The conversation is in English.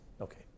Okay